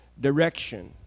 direction